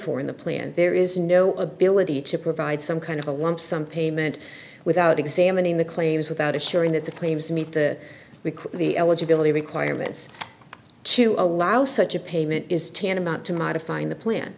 for in the plan there is no ability to provide some kind of a lump sum payment without examining the claims without assuring that the claims meet the weekly eligibility requirements to allow such a payment is tantamount to modifying the plan